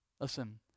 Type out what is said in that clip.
Listen